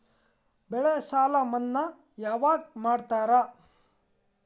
ಬೆಳೆ ಸಾಲ ಮನ್ನಾ ಯಾವಾಗ್ ಮಾಡ್ತಾರಾ?